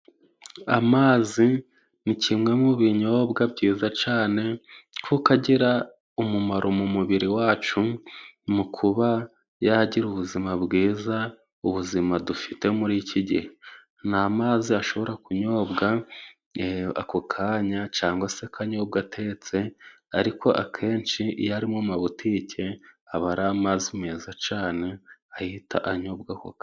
Amazi ni kimwe mu bininyobwa byiza cane kuko agira umumaro mu mubiri wacu mu kuba yagira ubuzima bwiza, ubuzima dufite muri iki gihe. Ni mazi ashobora kunyobwa ako kanya cyangwa se akanyobwa atetse, ariko akenshi iyo ari mu mabutike aba ari amazi meza cyane ahita anyobwa ako kanya.